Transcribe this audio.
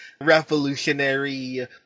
revolutionary